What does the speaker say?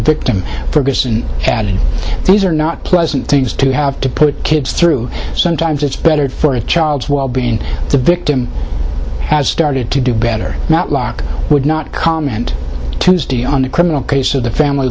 victim ferguson had these are not pleasant things to have to put kids through sometimes it's better for the child's well being the victim has started to do better not lock would not comment tuesday on the criminal case of the family